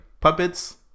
puppets